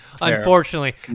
Unfortunately